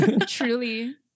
truly